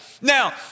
Now